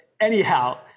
anyhow